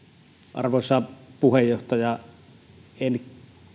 arvoisa puheenjohtaja en